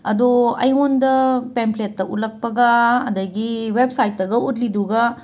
ꯑꯗꯣ ꯑꯩꯉꯣꯟꯗ ꯄꯦꯝꯐ꯭ꯂꯦꯠꯇ ꯎꯠꯂꯛꯄꯒ ꯑꯗꯒꯤ ꯋꯦꯕꯁꯥꯏꯠꯇꯒ ꯎꯠꯂꯤꯗꯨꯒ